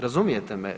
Razumijete me.